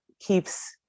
keeps